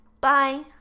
Bye